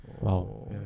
Wow